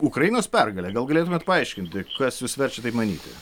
ukrainos pergalė gal galėtumėt paaiškinti kas jus verčia taip manyti